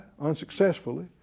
unsuccessfully